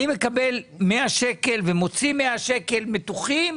כשאני מקבל 100 ₪ ומוציא 100 ₪,